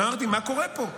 ואמרתי: מה קורה פה?